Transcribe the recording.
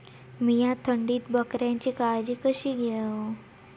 मीया थंडीत बकऱ्यांची काळजी कशी घेव?